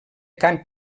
cant